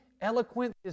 eloquent